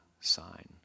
sign